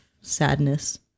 sadness